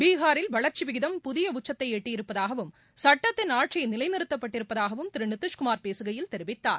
பீகாரில் வளர்ச்சி விகிதம் புதிய உச்சத்தை எட்டியிருப்பதாவும் சுட்டத்தின் ஆட்சி நிலைநிறுத்தப் பட்டிருப்பதாகவும் திரு நிதிஷ்குமார் பேசுகையில் தெரிவித்தார்